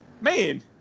man